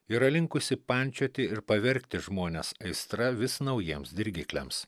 yra linkusi pančioti ir pavergti žmones aistra vis naujiems dirgikliams